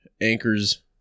Anchors